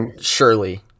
surely